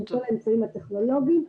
עם כל האמצעים הטכנולוגיים,